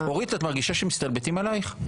אורית, את מרגישה שמסתלבטים עלייך?